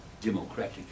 democratic